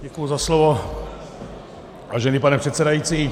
Děkuji za slovo, vážený pane předsedající.